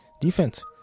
defense